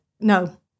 no